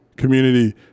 community